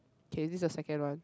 okay this is the second one